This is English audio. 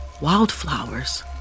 wildflowers